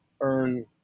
earn